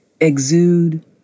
exude